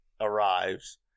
arrives